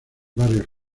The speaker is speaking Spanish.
barrios